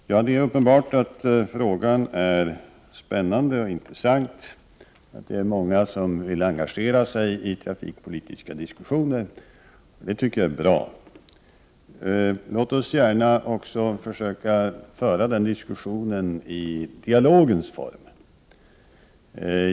Herr talman! Det är uppenbart att frågan är spännande och intressant. Många vill engagera sig i trafikpolitiska diskussioner, och det tycker jag är bra. Låt oss också föra diskussionen i dialogens form.